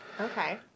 Okay